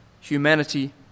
humanity